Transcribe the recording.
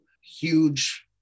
huge